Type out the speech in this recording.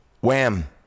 Wham